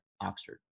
Oxford